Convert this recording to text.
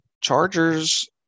Chargers